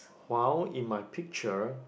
while in my picture